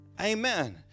Amen